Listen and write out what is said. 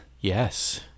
Yes